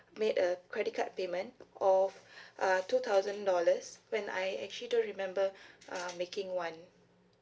made a credit card payment of uh two thousand dollars when I actually don't remember uh making one